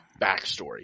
backstory